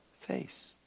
face